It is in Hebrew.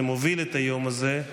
שמוביל את היום הזה,